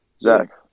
Zach